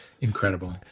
incredible